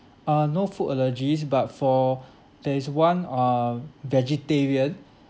uh no food allergies but for there is one uh vegetarian